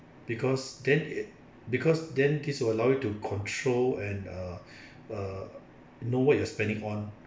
because then it because then this will allow you to control and uh uh know what you're spending on